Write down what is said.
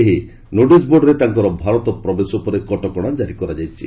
ଏହି ନୋଟିସ ବୋର୍ଡରେ ତାଙ୍କର ଭାରତ ପ୍ରବେଶ ଉପରେ କଟକଣା ଜାରି କରାଯାଇଛି